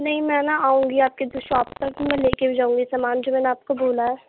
نہیں میں نا آؤں گی آپ کے جو شاپ پر میں لے کے ہی جاؤں گی سامان جو میں نے آپ کو بولا ہے